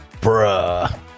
bruh